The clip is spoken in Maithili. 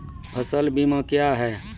फसल बीमा क्या हैं?